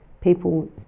People